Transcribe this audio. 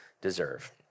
deserve